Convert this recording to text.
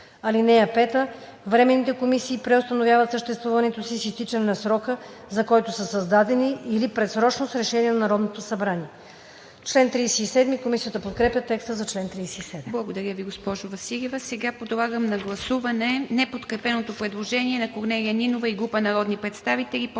(5) Временните комисии преустановяват съществуването си с изтичане на срока, за който са създадени, или предсрочно – с решение на Народното събрание.“ Комисията подкрепя текста за чл. 37.